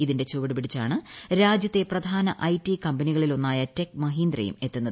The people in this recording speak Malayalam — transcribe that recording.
ഇതിന്റെ ചുവടു പിടിച്ചാണ് രാജ്യത്തെ പ്രധാനഐടി കമ്പനികളിൽ ഒന്നായ ടെക് മഹീന്ദ്രയും എത്തുന്നത്